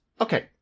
okay